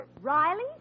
Riley